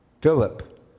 Philip